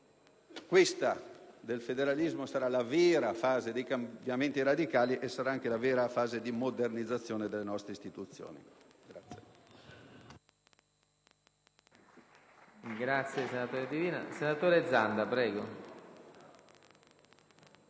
quella del federalismo sarà la vera fase dei cambiamenti radicali e sarà anche la vera fase di modernizzazione delle nostre istituzioni.